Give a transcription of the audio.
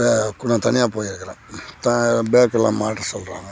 பே கூட தனியாக போயிருக்குறேன் த பேக் எல்லாம் மாட்ட சொல்கிறாங்க